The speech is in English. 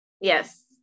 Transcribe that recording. Yes